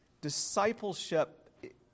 Discipleship